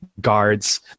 guards